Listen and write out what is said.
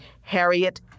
Harriet